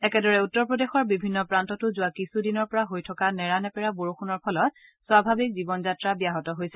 একেদৰে উত্তৰ প্ৰদেশৰ বিভিন্ন প্ৰান্ততো যোৱা কিছুদিনৰ পৰা হৈ থকা নেৰানেপেৰা বৰষুণৰ ফলত স্বাভাৱিক জীৱনযাত্ৰা ব্যাহত হৈছে